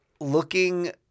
looking